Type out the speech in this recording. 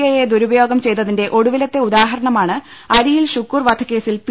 ഐയെ ദുരുപ യോഗം ചെയ്തതിന്റെ ഒടുവിലത്തെ ഉദാഹരണമാണ് അരിയിൽ ഷുക്കൂർ വധക്കേസിൽ പി